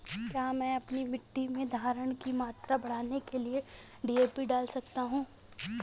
क्या मैं अपनी मिट्टी में धारण की मात्रा बढ़ाने के लिए डी.ए.पी डाल सकता हूँ?